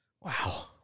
wow